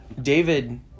David